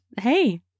hey